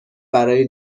برای